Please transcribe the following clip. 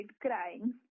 crying